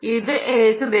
ഇത് ഏകദേശം 185 ആണ്